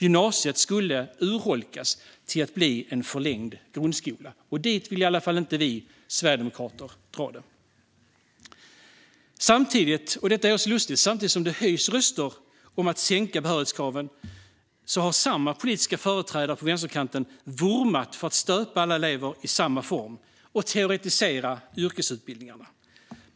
Gymnasiet skulle urholkas till att bli en förlängd grundskola, och dit vill i alla fall inte vi sverigedemokrater dra det. Samtidigt som det lustigt nog höjs röster för att sänka behörighetskraven har samma politiska företrädare på vänsterkanten vurmat för att stöpa alla elever i samma form och teoretisera yrkesutbildningarna.